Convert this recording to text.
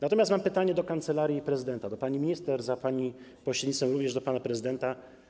Natomiast mam pytanie do Kancelarii Prezydenta, do pani minister, za pani pośrednictwem również do pana prezydenta.